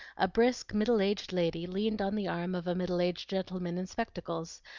a brisk middle-aged lady leaned on the arm of a middle-aged gentleman in spectacles,